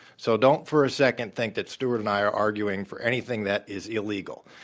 so don't for a second think that stewart and i are arguing for anything that is illegal.